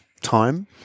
time